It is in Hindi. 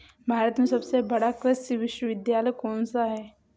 भारत में सबसे बड़ा कृषि विश्वविद्यालय कौनसा है?